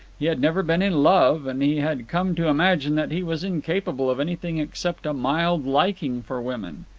he had never been in love, and he had come to imagine that he was incapable of anything except a mild liking for women.